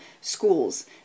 schools